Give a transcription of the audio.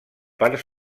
part